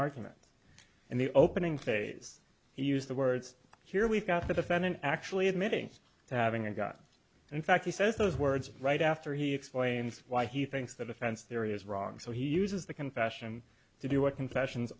arguments in the opening phase he used the words here we've got the defendant actually admitting to having a gun and in fact he says those words right after he explains why he thinks the defense theory is wrong so he uses the confession to do what confessions